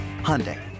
Hyundai